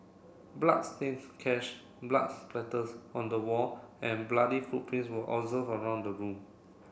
bloodstained cash blood splatters on the wall and bloody footprints were observed around the room